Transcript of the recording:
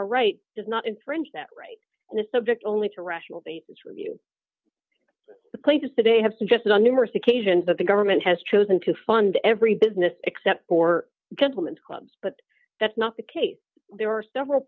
right does not infringe that right on a subject only to rational basis review the place today have suggested on numerous occasions that the government has chosen to fund every business except for government clubs but that's not the case there are several